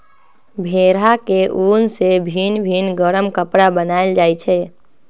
भेड़ा के उन से भिन भिन् गरम कपरा बनाएल जाइ छै